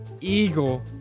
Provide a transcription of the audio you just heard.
eagle